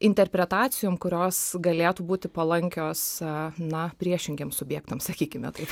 interpretacijom kurios galėtų būti priešingiem subjektam sakykime taip